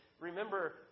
remember